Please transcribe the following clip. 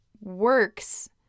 works